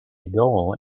goal